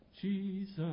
Jesus